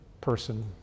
person